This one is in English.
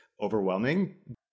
overwhelming